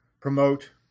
promote